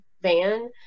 van